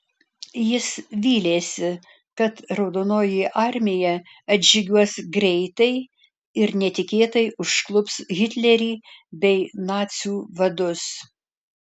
jis vylėsi kad raudonoji armija atžygiuos greitai ir netikėtai užklups hitlerį bei nacių vadus